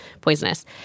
poisonous